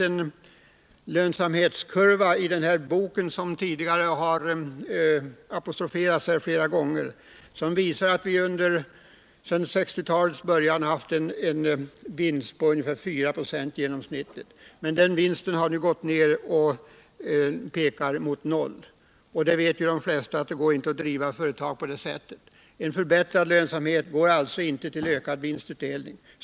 En lönsamhetskurva i den bok som har åberopats tidigare under debatten visar att företagen sedan 1960-talets början haft en vinst på i genomsnitt ungefär 4 96. Den vinsten har nu gått ner och pekar mot noll. De flesta vet att det inte går att driva företag på sådana villkor. En förbättrad lönsamhet leder alltså inte självklart till en ökad vinstutdelning.